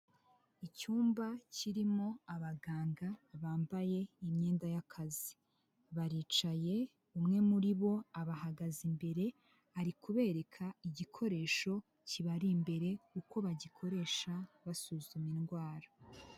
Icyumba kirimo abaganga bambaye imyenda y'akazi baricaye, umwe muri bo abahagaze imbere ari kubereka igikoresho kibari imbere uko bagikoresha basuzuma indwara.